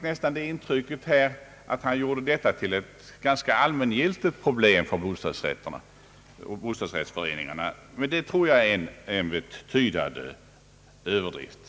Jag fick det intrycket att han gjorde detta till ett ganska allmängiltigt problem för bostadsrättsföreningarna, men det tror jag är en betydande överdrift.